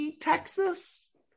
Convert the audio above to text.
Texas